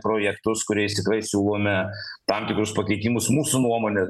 projektus kuriais tikrai siūlome tam tikrus pakeitimus mūsų nuomone